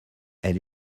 elle